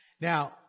Now